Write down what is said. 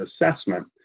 assessment